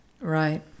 Right